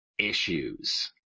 Issues